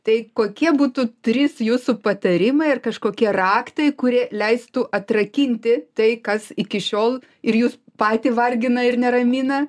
tai kokie būtų trys jūsų patarimai ir kažkokie raktai kurie leistų atrakinti tai kas iki šiol ir jus patį vargina ir neramina